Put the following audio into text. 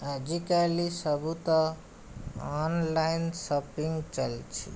ଆଜିକାଲି ସବୁତ online shopping ଚାଲିଛି